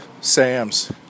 Sam's